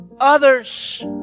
Others